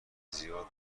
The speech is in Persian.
زیاد